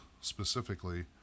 specifically